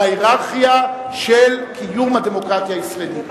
בהייררכיה של קיום הדמוקרטיה הישראלית.